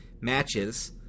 matches –